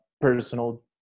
personal